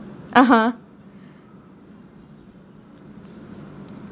(uh huh)